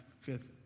fifth